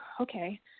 okay